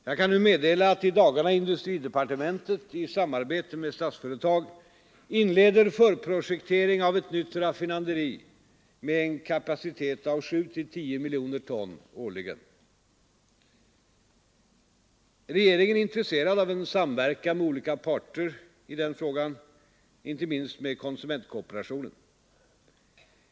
Jag kan nu meddela att i dagarna industridepartementet i samarbete med Statsföretag inleder förprojektering av ett nytt raffinaderi med en kapacitet av 7—10 miljoner ton årligen. Regeringen är intresserad av en samverkan med olika parter i denna fråga, inte minst med konsumentkooperationen.